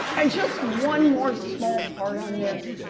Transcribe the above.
and just one more small part on this,